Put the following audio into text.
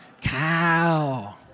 Cow